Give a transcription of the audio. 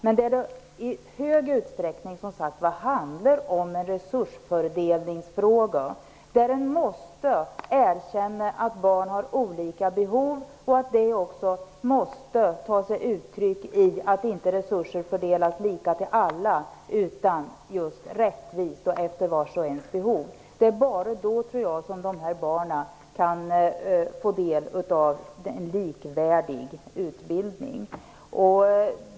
Men vad det i hög utsträckning handlar om är en resursfördelningsfråga, där man måste erkänna att barn har olika behov och att det också måste ta sig uttryck i att inte resurser fördelas lika till alla, utan just rättvist och efter vars och ens behov. Det är bara då, tror jag, som de här barnen kan få del av en likvärdig utbildning.